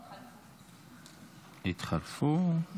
התחלפו, נכון.